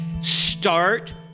Start